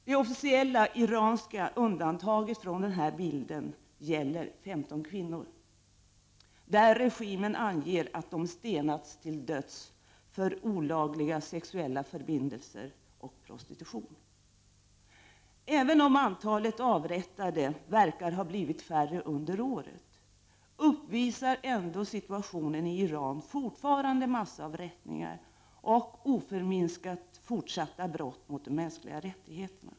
Det officiella iranska undantaget från den här bilden gäller 15 kvinnor, där regimen anger att de stenats till döds för olagliga sexuella förbindelser och prostitution. Även om antalet avrättade verkar ha blivit färre under året, förekommer det i Iran fortfarande massavrättningar och oförminskat fortsatta brott mot de mänskliga rättigheterna.